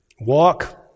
walk